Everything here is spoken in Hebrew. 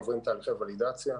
עוברים תהליכי ולידציה.